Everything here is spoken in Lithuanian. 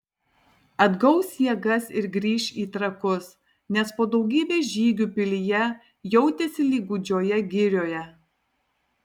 atgaus jėgas ir grįš į trakus nes po daugybės žygių pilyje jautėsi lyg gūdžioje girioje